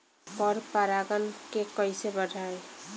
पर परा गण के कईसे बढ़ाई?